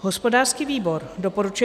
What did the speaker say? Hospodářský výbor doporučuje